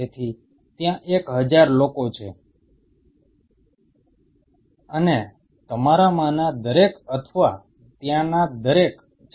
તેથી ત્યાં એક હજાર લોકો છે અને તમારામાંના દરેક અથવા ત્યાંના દરેક છે